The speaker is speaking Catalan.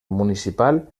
municipal